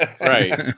Right